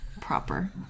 proper